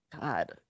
God